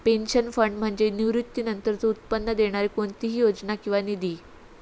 pension fund म्हणजे निवृत्तीनंतरचो उत्पन्न देणारी कोणतीही योजना किंवा निधी